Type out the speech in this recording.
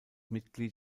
mitglied